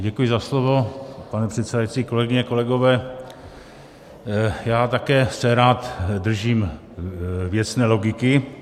Děkuji za slovo, pane předsedající, kolegyně, kolegové, já se také rád držím věcné logiky.